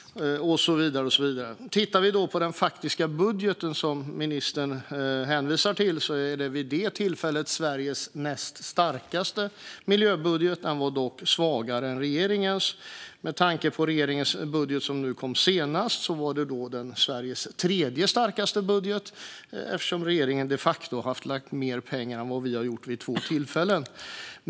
Den faktiska budget som ministern hänvisar till var vid det aktuella tillfället Sveriges näst starkaste miljöbudget; den var dock svagare än regeringens. Efter regeringens senaste budget var den Sveriges tredje starkaste eftersom regeringen de facto lagt mer pengar än vi gjort vid två tillfällen.